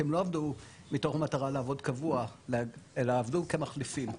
כי הם לא עבדו מתוך מטרה לעבוד קבוע אלא עבדו כמחליפים.